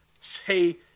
say